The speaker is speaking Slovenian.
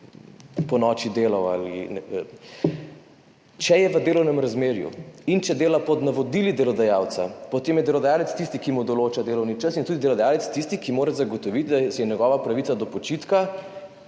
ponoči. Če je v delovnem razmerju in če dela po navodilih delodajalca, potem je delodajalec tisti, ki mu določa delovni čas, in tudi delodajalec je tisti, ki mora zagotoviti, da je njegova pravica do počitka